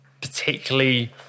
particularly